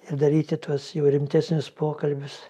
ir daryti tuos jau rimtesnius pokalbius